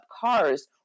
cars